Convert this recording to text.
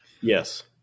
Yes